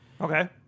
Okay